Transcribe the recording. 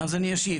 אז אני אשיב,